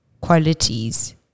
qualities